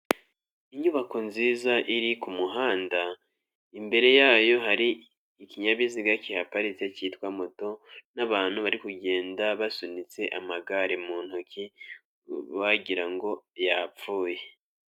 Inyubako nziza iri ku muhanda, imbere yayo hari ikinyabiziga kiparitse cyitwa moto n'abantu bari kugenda basunitse amagare mu ntoki, wagira ngo yapfuye.